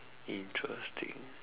interesting